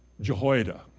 Jehoiada